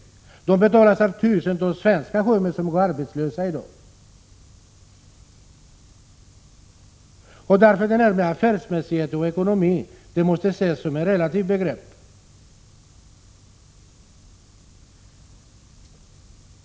Kostnaderna betalas av tusentals svenska sjömän som i dag går arbetslösa. Därför måste affärsmässighet och ekonomi ses som relativa begrepp.